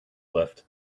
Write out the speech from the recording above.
lift